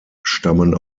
stammen